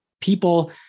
people